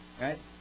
right